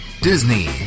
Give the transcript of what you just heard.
Disney